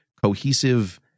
cohesive